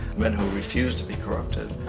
men who refuse to be corrupted,